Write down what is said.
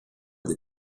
для